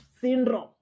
syndrome